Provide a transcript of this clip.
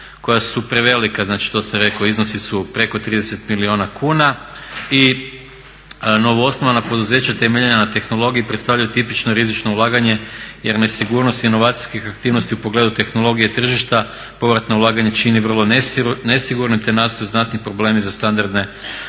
koja su prevelika, znači to sam rekao, iznosi su preko 30 milijuna kuna i novoosnovana poduzeća temeljena na tehnologiji predstavljaju tipično rizično ulaganje jer nesigurnost inovacijskih aktivnosti u pogledu tehnologije tržišta povratna ulaganja čini vrlo nesigurnim te nastaju znatni problemi za standardne